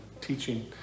teaching